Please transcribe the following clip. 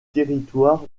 territoire